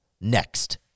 next